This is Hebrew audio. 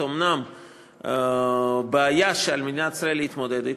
אומנם בעיה שעל מדינת ישראל להתמודד אתה,